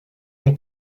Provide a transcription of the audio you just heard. mon